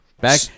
Back